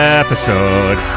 episode